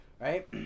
Right